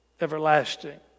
everlasting